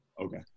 Okay